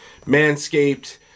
manscaped